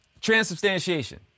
Transubstantiation